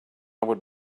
would